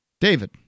David